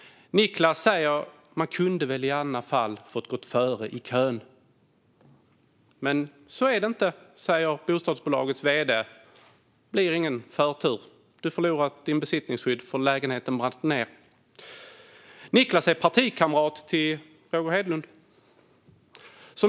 Nicklas säger: Man kunde väl i alla fall ha fått gå före i kön. Men så är det inte, säger bostadsbolagets vd - det blir ingen förtur. Du förlorar ditt besittningsskydd, för lägenheten brann ned. Nicklas är partikamrat till dig, Roger Hedlund.